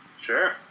Sure